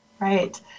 Right